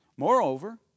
Moreover